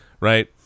Right